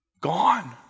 Gone